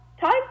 time